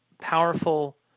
powerful